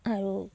আৰু